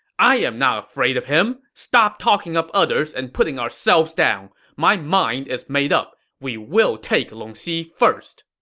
i am not afraid of him! stop talking up others and putting ourselves down! my mind is made up, we will take longxi first!